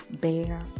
Bear